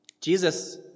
Jesus